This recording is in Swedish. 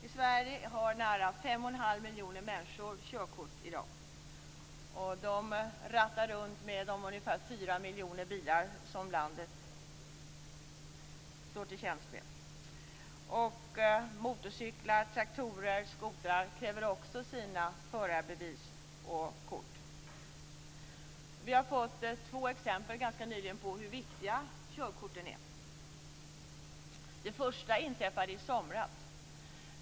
I Sverige har nära 5,5 miljoner människor körkort i dag, och de rattar runt med de ungefär 4 miljoner bilar som landet står till tjänst med. Motorcyklar, traktorer och skotrar kräver också sina förarbevis och kort. Vi har fått två exempel ganska nyligen på hur viktiga körkorten är. Den första händelsen inträffade i somras.